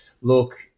Look